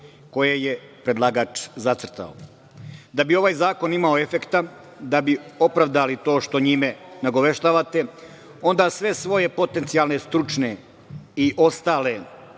koje je predlagač zacrtao. Da bi ovaj zakon imao efekta, da bi opravdali to što njime nagoveštavate, onda sve svoje potencijalne stručne i ostale